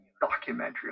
documentary